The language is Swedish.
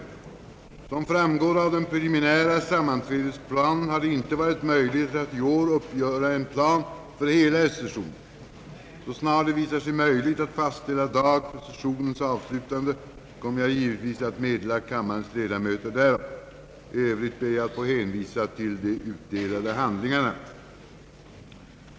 Som framgår av den preliminära sammanträdesplanen har det inte varit möjligt att i år uppgöra en plan för hela höstsessionen. Så snart det visar sig möjligt att fastställa dag för sessionens avslutande kommer jag givetvis att underrätta kammarens ledamöter därom. I övrigt ber jag att få hänvisa till de utdelade handlingarna.